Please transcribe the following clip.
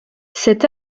cet